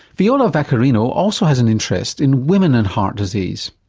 viola vaccarino also has an interest in women and heart disease.